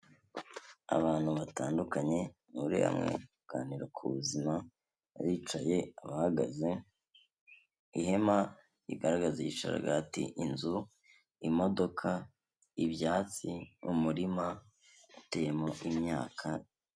Abantu batandukanye bari hamwe bari kuganira ku buzima, hari abaricaye, bahagaze, ihema rigaragaza igisharagati, inzu, imodoka, ibyatsi n'umurima uteyemo imyaka.